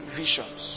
visions